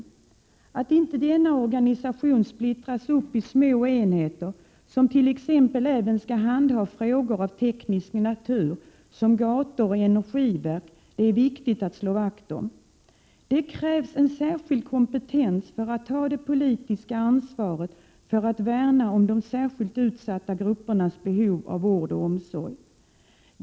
Det är viktigt att slå vakt om denna organisation. Den får inte slås sönder i små enheter som även skall handha frågor av t.ex. teknisk natur, såsom gator och energifrågor. Det krävs särskild kompetens för att ta det politiska ansvaret att värna om de särskilt utsatta gruppernas behov av vård och omsorg.